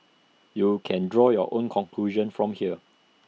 you can draw your own conclusion from here